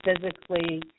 physically